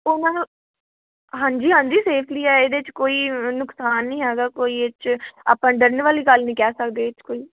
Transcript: ਉਨ੍ਹਾਂ ਨੂੰ ਹਾਂਜੀ ਹਾਂਜੀ ਸੇਫਲੀ ਹੈ ਇਹਦੇ 'ਚ ਕੋਈ ਨੁਕਸਾਨ ਨਹੀਂ ਹੈਗਾ ਕੋਈ ਇਹ 'ਚ ਆਪਾਂ ਡਰਨ ਵਾਲੀ ਗੱਲ ਨਹੀਂ ਕਹਿ ਸਕਦੇ ਇਹ 'ਚ ਕੋਈ